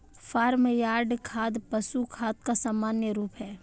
farm yard खाद पशु खाद का सामान्य रूप है